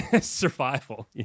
survival